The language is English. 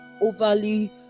overly